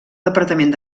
departament